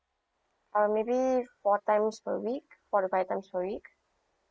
ah maybe four times per week four to five times per week